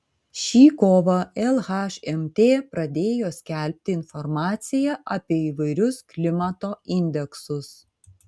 šį kovą lhmt pradėjo skelbti informaciją apie įvairius klimato indeksus